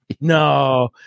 no